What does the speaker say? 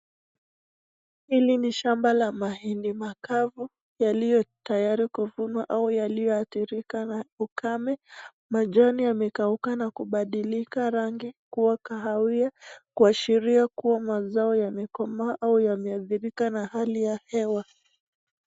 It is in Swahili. Hili ni shamba la mahindi makavu, yaliyotayari kuvunwa au yaliyoadhirika na ukame. Majani yamekauka na kubadilika rangi kuwa kahawia kuashiria kuwa mazao yamekomaa au yameadhirika na hali ya hewa.